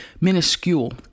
minuscule